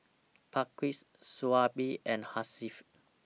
Balqis Shoaib and Hasif